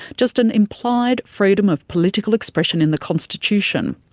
just an implied freedom of political expression in the constitution.